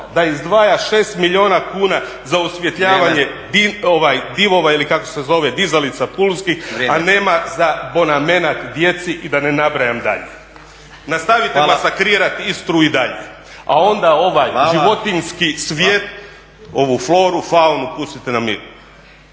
da izdvaja 6 milijuna kuna za osvjetljavanje divova ili kako se zove dizalica pulskih a nema za … djeci i da ne nabrajam dalje. Nastavite masakrirati Istru i dalje. A onda ovaj životinjski svijet, ovu floru, faunu pustite na miru.